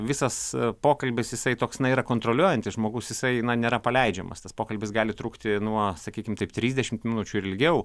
visas pokalbis jisai toks na yra kontroliuojantis žmogus jisai na nėra paleidžiamas tas pokalbis gali trukti nuo sakykim taip trisdešimt minučių ir ilgiau